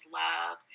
love